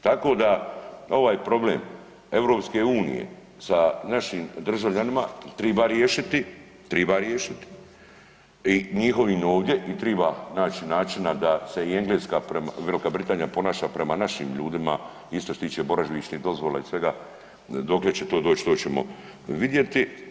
Tako da ovaj problem EU sa našim državljanima triba riješiti, triba riješiti i njihovim ovdje i triba naći načina da se i Engleska prema, Velika Britanija ponaša prema našim ljudima isto što se tiče boravišnih dozvola i svega, dokle će to doć to ćemo vidjeti.